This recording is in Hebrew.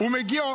זה המשחקים שלכם.